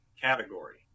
category